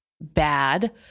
bad